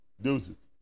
Deuces